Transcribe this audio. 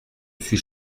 suis